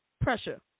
Pressure